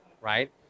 right